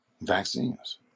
vaccines